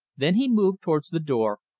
then he moved towards the door,